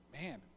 man